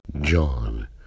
John